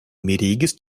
mirigis